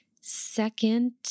second